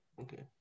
okay